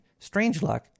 Strangeluck